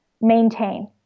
maintain